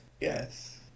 Yes